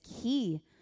key